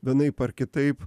vienaip ar kitaip